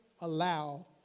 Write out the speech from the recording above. allow